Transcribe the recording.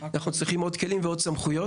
אנחנו צריכים עוד כלים וסמכויות.